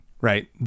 Right